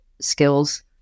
skills